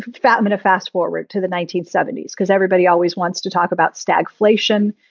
fatmata, fast forward to the nineteen seventy s, because everybody always wants to talk about stagflation.